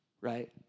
right